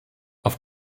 auf